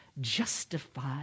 justified